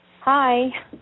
Hi